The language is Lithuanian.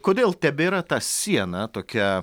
kodėl tebėra ta siena tokia